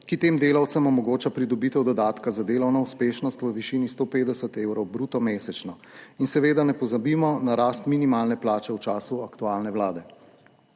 ki tem delavcem omogoča pridobitev dodatka za delovno uspešnost v višini 150 evrov bruto mesečno. In seveda ne pozabimo na rast minimalne plače v času aktualne Vlade.